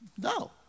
No